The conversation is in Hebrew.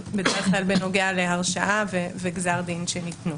בדרך כלל בנוגע להרשעה וגזר דין שניתנו.